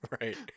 Right